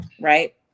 right